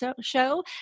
show